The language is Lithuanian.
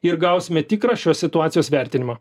ir gausime tikrą šios situacijos vertinimą